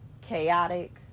chaotic